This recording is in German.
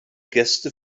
gäste